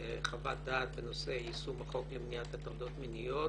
בחוות דעת בנושא יישום החוק למניעת הטרדות מיניות,